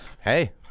hey